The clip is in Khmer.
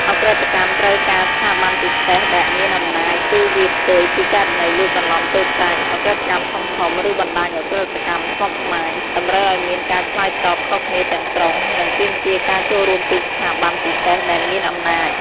ឧក្រិដ្ឋកម្មត្រូវការស្ថាប័នពិសេសដែលមានអំណាច គឺវាផ្ទុយពីករណីលួចបន្លំតូចតាច ឧក្រិដ្ឋកម្មធំៗ ឬបណ្តាញឧក្រិដ្ឋកម្មស្មុគស្មាញ តម្រូវឲ្យមានការឆ្លើយតបខុសគ្នាទាំងស្រុង និងទាមទារការចូលរួមពី ស្ថាប័នពិសេសដែលមានអំណាច។